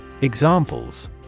Examples